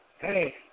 Hey